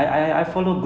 ya ya